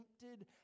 tempted